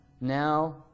Now